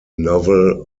novel